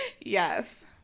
Yes